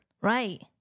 Right